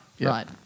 Right